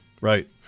Right